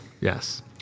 Yes